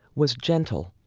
was gentle,